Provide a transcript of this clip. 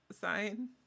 sign